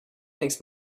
next